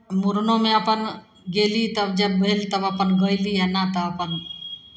मूड़नोमे अपन गयली तब जे भेल तऽ अपन गयली आ नहि तऽ अपन